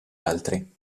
altri